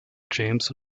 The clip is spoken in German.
james